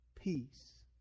peace